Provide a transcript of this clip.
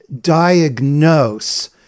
diagnose